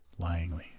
Lyingly